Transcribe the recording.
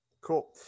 Cool